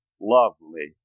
lovely